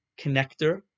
connector